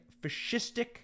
fascistic